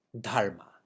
dharma